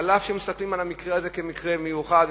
אף-על-פי שמסתכלים על המקרה הזה כעל מקרה מיוחד,